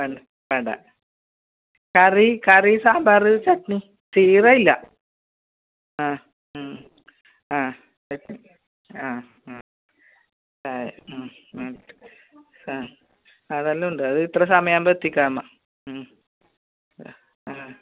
വേണ്ട വേണ്ട കറി കറി സാമ്പാർ ചട്നി ചീരയില്ല ആ ഉം ആ ആ ആ ഉം ഉം അതെല്ലാം ഉണ്ട് അത് ഇത്ര സമയം ആവുമ്പോൾ എത്തിക്കാം എന്നാ ഉം ആ ആ